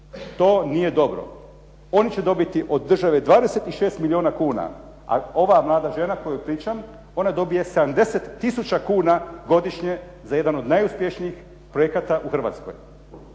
To nije dobro. Oni će dobiti od države 26 milijuna kuna a ova mlada žena o kojoj pričam ona dobije 70 tisuća kuna godišnje za jedan od najuspješnijih projekata godišnje.